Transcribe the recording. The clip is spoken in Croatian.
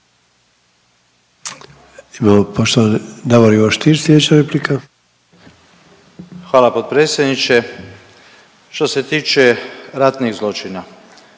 Hvala potpredsjedniče. Što se tiče ratnih zločina.